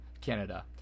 Canada